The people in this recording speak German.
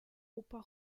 oper